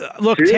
look